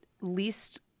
least